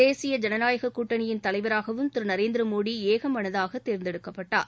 தேசிய ஜனநாயக கூட்டனியின் தலைவராகவும் திரு நரேந்திர மோடி ஏகமனதாக தேர்ந்தெடுக்கப்பட்டார்